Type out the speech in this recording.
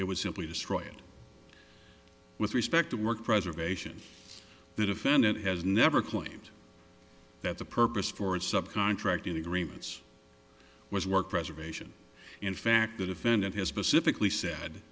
it was simply destroy it with respect to work preservation the defendant has never claimed that's the purpose for a sub contract agreements was work preservation in fact the defendant has pacifically sa